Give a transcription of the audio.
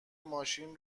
ماشین